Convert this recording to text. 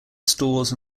stores